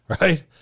Right